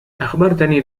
أخبرتني